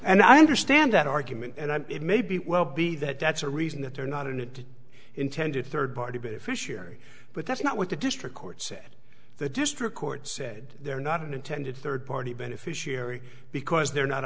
and i understand that argument and it may be well be that that's a reason that they're not an intended third party beneficiary but that's not what the district court said the district court said they're not an intended third party beneficiary because they're not